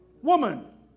woman